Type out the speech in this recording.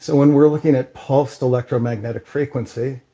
so when we're looking at pulsed electromagnetic frequency,